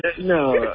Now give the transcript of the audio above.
No